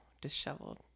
disheveled